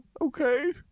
Okay